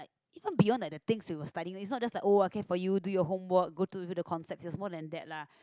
even beyond like the things we were studying it's not just like oh okay for you do your homework go through the concepts it's more than that lah